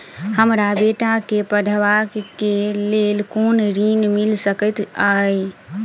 हमरा बेटा केँ पढ़ाबै केँ लेल केँ ऋण मिल सकैत अई?